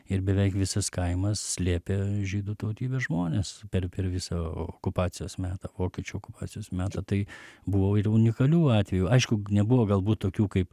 ir beveik visas kaimas slėpė žydų tautybės žmones per per visą okupacijos metą vokiečių okupacijos metą tai buvo ir unikalių atvejų aišku nebuvo galbūt tokių kaip